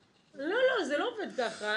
לא, זה לא עובד ככה.